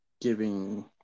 giving